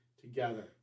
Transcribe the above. together